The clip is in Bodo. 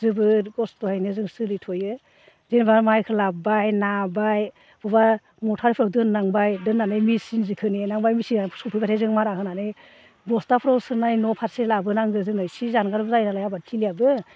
जोबोर खस्थ'यैनो जों सोलिथ'यो जेन'बा माइखो लाबबाय नाबाय अबावबा मथारफोर दोननांबाय दोननानै मिचिन इखो नेनांबाय मिचिना सफैब्लाथाय जों मारा होनानै बस्थाफोराव सोनाय न' फारसे लाबोनांगो जोङो इसे जानगारनालाय आबादथिलियाबो